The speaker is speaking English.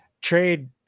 trade